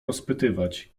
rozpytywać